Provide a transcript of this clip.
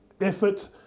effort